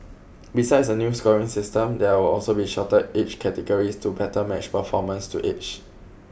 besides a new scoring system there will also be shorter age categories to better match performance to age